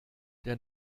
der